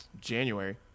january